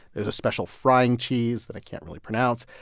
there's a special frying cheese that i can't really pronounce,